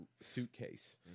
suitcase